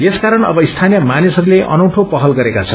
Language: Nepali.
यसकारण अब स्थानीय मानिसहरूले अनौठो पहल गरेका छन्